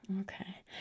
Okay